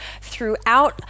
throughout